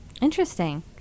Interesting